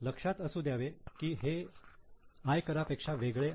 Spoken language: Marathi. लक्षात असू द्यावे की हे आयकरा पेक्षा वेगळं आहे